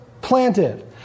planted